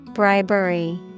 Bribery